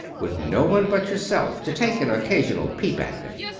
with no one but yourself to take an occasional peep at them.